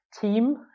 team